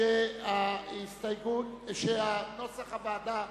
הצעת הוועדה?